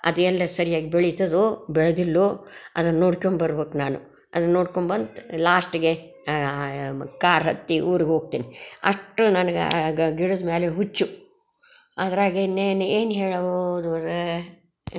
ಅದು ಎಲ್ಲ ಸರಿಯಾಗಿ ಬೆಳಿತದೋ ಬೆಳೆದಿಲ್ಲೋ ಅದನ್ನು ನೋಡ್ಕೊಂಬರ್ಬೇಕು ನಾನು ಅದನ್ನು ನೋಡ್ಕೊಂಬಂತ ಲಾಸ್ಟಿಗೆ ಕಾರ್ ಹತ್ತಿ ಊರಿಗೆ ಹೋಗ್ತೀನಿ ಅಷ್ಟು ನನ್ಗೆ ಆಗ ಗಿಡದ ಮೇಲೆ ಹುಚ್ಚು ಅದರಾಗೆ ಇನ್ನೇನು ಏನು ಹೇಳಬಹುದು ಅದು